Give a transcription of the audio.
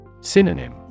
Synonym